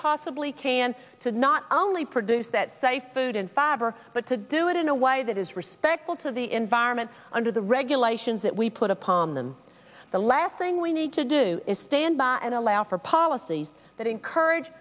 possibly can to not only produce that site food and fiber but to do it in a way that is respectful to the environment under the regulations that we put upon them the last thing we need to do is stand by and allow for policies that encourage